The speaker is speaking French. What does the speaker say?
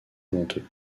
venteux